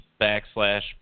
backslash